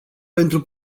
pentru